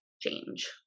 change